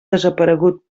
desaparegut